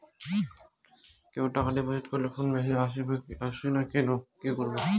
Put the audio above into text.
কেউ টাকা ডিপোজিট করলে ফোনে মেসেজ আসেনা কি করবো?